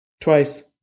Twice